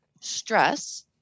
stress